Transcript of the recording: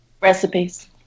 Recipes